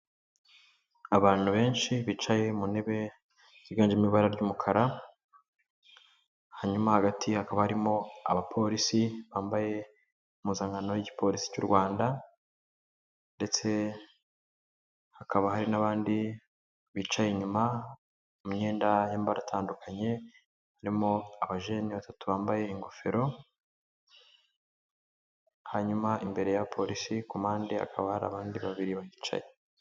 Abantu benshi bicaye mu ntebe higanjemo ibara ry'umukara, hanyuma hagati hakaba harimo abapolisi bambaye impuzankano y'igipolisi cy'u Rwanda ndetse hakaba hari n'abandi bicaye inyuma mu myenda y'amabara atandukanye. Harimo abajene batatu bambaye ingofero, hanyuma imbere y'abapolisi ku mpande hakaba hari abandi babiri bahicaye.